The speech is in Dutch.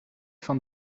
van